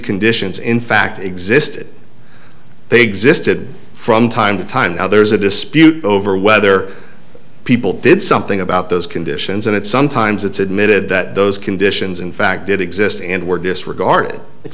conditions in fact existed they existed from time to time now there's a dispute over whether people did something about those conditions and at some times it's admitted that those conditions in fact did exist and were disregarded